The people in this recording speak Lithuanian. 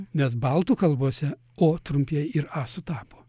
nes baltų kalbose o trumpieji ir a sutapo